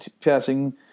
passing